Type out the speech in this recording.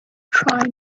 try